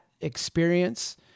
experience